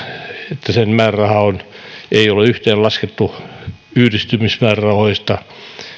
että sen määräraha ei ole yhteenlaskettu yhdistymismäärärahoista